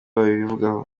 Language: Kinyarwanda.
babivugaho